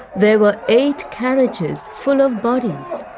there were eight carriages full of bodies,